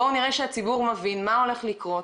בואו נראה שהציבור מבין מה הולך לקרות,